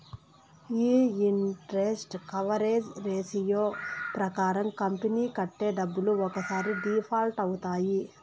ఈ interest coverage ratio ప్రకారం company కట్టే డబ్బులు ఒక్కసారి డిఫాల్ట్ అవుతాయి